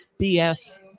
BS